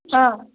ꯑꯥ